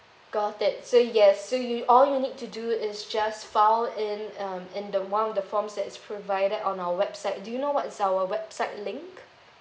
got it so yes so you all you need to do is just file in um in the one of the forms that's provided on our website do you know what's our website link